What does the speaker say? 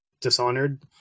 Dishonored